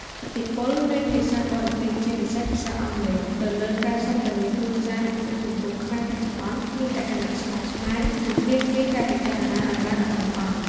ឥទ្ធិពលនៃភាសាបរទេស (ជាពិសេសភាសាអង់គ្លេស) ទៅលើការសន្ទនាគ្រួសារនៅក្នុងសង្គមខ្មែរបច្ចុប្បន្ន មានលក្ខណៈស្មុគស្មាញ និងទាមទារការពិចារណាឱ្យបានល្អិតល្អន់។